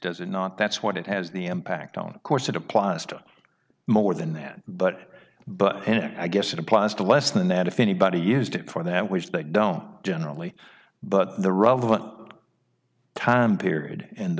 does it not that's what it has the impact on course it applies to more than that but but i guess it applies to less than that if anybody used it for that which they don't generally but the rub time period and